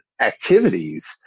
activities